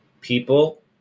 people